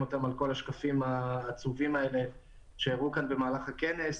אותן בכל השקפים העצובים האלה שהראו כאן במהלך הכנס.